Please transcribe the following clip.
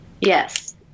Yes